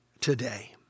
today